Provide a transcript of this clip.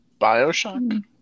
bioshock